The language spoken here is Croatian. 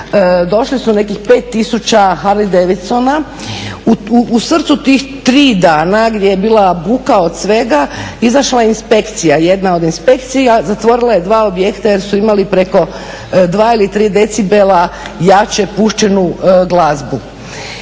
došli su nekih 5 tisuća Harley Davidson. U srcu tih 3 dana gdje je bila buka od svega izašla je inspekcija, jedna od inspekcija, zatvorila je dva objekta jer su imali preko 2 ili 3 decibela jače puštenu glazbu.